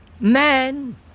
man